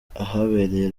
ahabereye